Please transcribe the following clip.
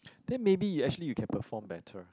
then maybe you actually you can perform better